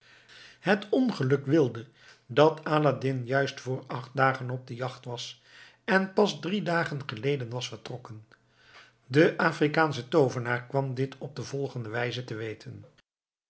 het ongeluk wilde dat aladdin juist voor acht dagen op de jacht was en pas drie dagen geleden was vertrokken de afrikaansche toovenaar kwam dit op de volgende wijze te weten